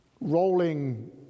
rolling